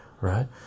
right